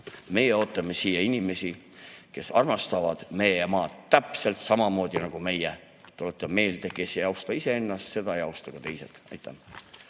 Meie ootame siia inimesi, kes armastavad meie maad täpselt samamoodi nagu meie. Tuletan meelde: kes ei austa iseennast, seda ei austa ka teised. Aitäh!